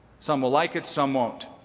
some will like it, some won't.